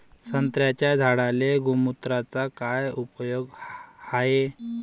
संत्र्याच्या झाडांले गोमूत्राचा काय उपयोग हाये?